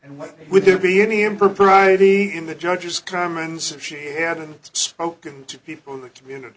and what would there be any impropriety in the judge's comments if she hadn't spoken to people in the community